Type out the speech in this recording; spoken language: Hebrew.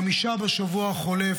חמישה בשבוע החולף.